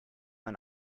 man